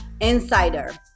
insider